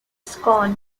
scorn